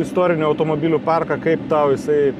istorinių automobilių parką kaip tau jisai